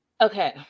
Okay